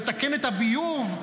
לתקן את הביוב.